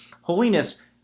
Holiness